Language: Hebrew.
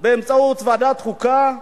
באמצעות ועדת החוקה,